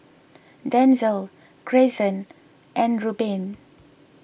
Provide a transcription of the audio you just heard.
Denzell Greyson and Rubin